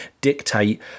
dictate